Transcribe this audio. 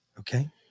Okay